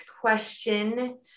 question